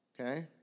okay